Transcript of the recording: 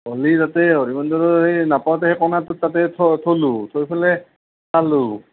নহ্লি তাতে হৰি মন্দিৰৰ সেই নাপাওঁতে কনাটোৰ তাতে থ থলোঁ থৈ পেলেই চালোঁ